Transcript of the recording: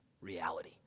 reality